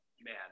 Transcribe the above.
man